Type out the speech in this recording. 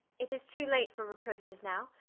it is too late for reproaches now.